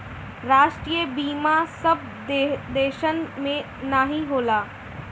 राष्ट्रीय बीमा सब देसन मे नाही होला